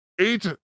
eight